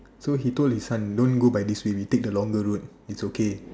so he told his son don't go by this way we take the longer road it's okay